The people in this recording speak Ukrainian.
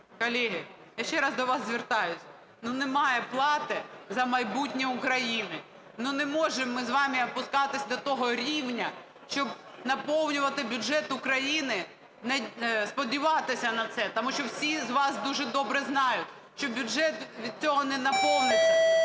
Колеги, я ще раз до вас звертаюсь, ну, немає плати за майбутнє України, ну, не можемо ми з вами опускатися до того рівня, щоб наповнювати бюджет України, сподіватися на це, тому що всі з вас дуже добре знають, що бюджет від цього не наповниться,